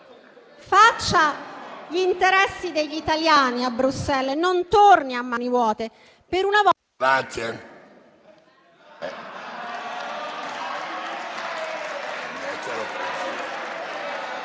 faccia gli interessi degli italiani a Bruxelles e non torni a mani vuote.